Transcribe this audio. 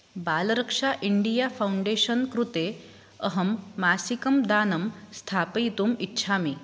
Balraksha India foundation कृते अहं मासिकं दानं स्थापयितुम् इच्छामि